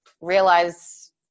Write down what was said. realize